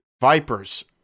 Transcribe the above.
vipers